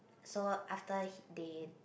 so after he they